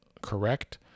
correct